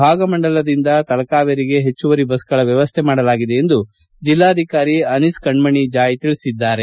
ಭಾಗಮಂಡಲದಿಂದ ತಲಕಾವೇರಿಗೆ ಹೆಚ್ಚುವರಿ ಬಸ್ಸುಗಳ ವ್ಯವಸ್ಥೆ ಮಾಡಲಾಗಿದೆ ಎಂದು ಜಿಲ್ಲಾಧಿಕಾರಿ ಅನೀಸ್ ಕಣ್ಮಣಿ ಜಾಯ್ ತಿಳಿಸಿದ್ದಾರೆ